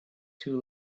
too